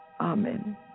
Amen